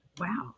Wow